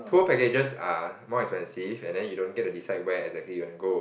tour packages are more expensive and then you don't get to decide where exactly you want to go